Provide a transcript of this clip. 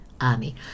army